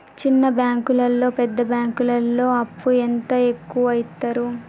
చిన్న బ్యాంకులలో పెద్ద బ్యాంకులో అప్పు ఎంత ఎక్కువ యిత్తరు?